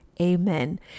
Amen